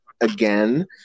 again